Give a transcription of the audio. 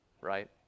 right